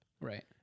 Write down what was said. right